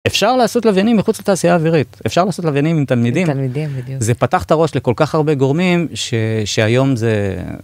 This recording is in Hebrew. אפשר לעשות לוויינים מחוץ לתעשייה אווירית אפשר לעשות לוויינים עם תלמידים, זה פתח את הראש לכל כך הרבה גורמים שהיום זה.